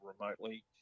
remotely